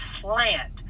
slant